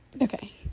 Okay